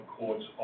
courts